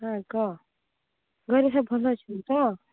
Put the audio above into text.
ହଁ କହ ଘରେ ସବୁ ଭଲ ଅଛନ୍ତି ତ